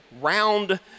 round